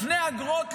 לפני אגרות,